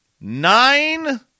nine